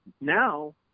now